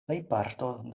plejparto